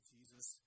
Jesus